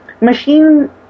Machine